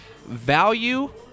value